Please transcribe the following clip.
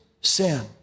sin